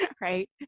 Right